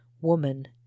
woman